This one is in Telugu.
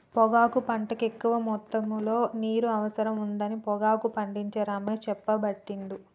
పొగాకు పంటకు ఎక్కువ మొత్తములో నీరు అవసరం ఉండదని పొగాకు పండించే రమేష్ చెప్పబట్టిండు